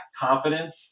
confidence